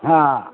ହଁ